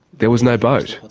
there was no boat.